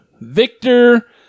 Victor